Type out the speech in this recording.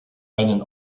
einen